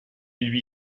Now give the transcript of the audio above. lui